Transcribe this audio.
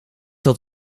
had